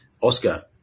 Oscar